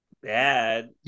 Bad